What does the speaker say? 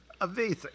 Amazing